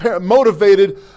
motivated